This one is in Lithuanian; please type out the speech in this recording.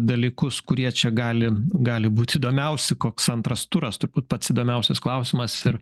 dalykus kurie čia gali gali būti įdomiausi koks antras turas turbūt pats įdomiausias klausimas ir